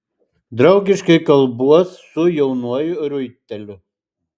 draugiškai kalbuos su jaunuoju riuiteliu